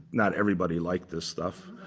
not everybody liked this stuff.